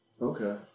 Okay